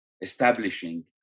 establishing